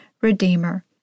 redeemer